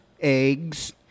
eggs